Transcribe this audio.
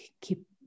keep